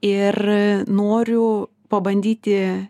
ir noriu pabandyti